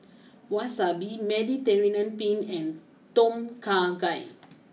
Wasabi Mediterranean Penne and Tom Kha Gai